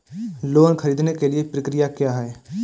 Loan ख़रीदने के लिए प्रक्रिया क्या है?